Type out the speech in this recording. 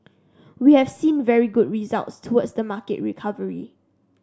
we have seen very good results towards the market recovery